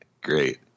Great